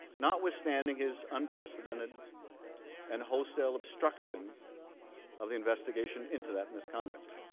notwithstanding his unprecedented and wholesale obstruction of the investigation into that misconduct.